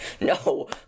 no